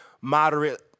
moderate